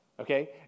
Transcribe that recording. Okay